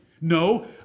No